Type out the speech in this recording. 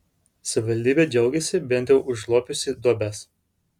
savivaldybė džiaugiasi bent jau užlopiusi duobes